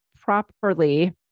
properly